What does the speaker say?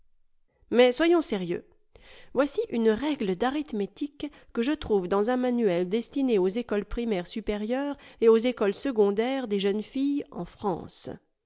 mais soyons sérieux voici une règle d'arithmétique que je trouve dans un manuel destiné aux écoles primaires supérieures et aux écoles secondaires des jeunes filles en france